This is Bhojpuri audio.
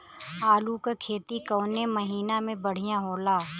आलू क खेती कवने महीना में बढ़ियां होला?